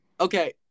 Okay